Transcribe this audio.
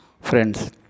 Friends